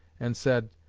and said,